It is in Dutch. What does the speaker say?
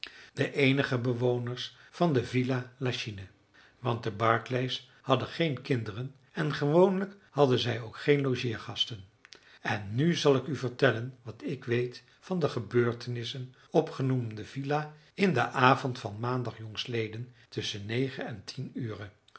de eenige bewoners van de villa lachine want de barclays hadden geen kinderen en gewoonlijk hadden zij ook geen logeergasten en nu zal ik u vertellen wat ik weet van de gebeurtenissen op genoemde villa in den avond van maandag jongstleden tusschen negen en tien ure